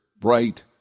bright